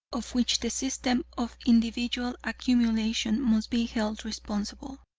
of which the system of individual accumulation must be held responsible.